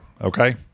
Okay